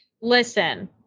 Listen